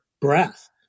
breath